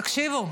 תקשיבו,